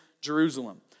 Jerusalem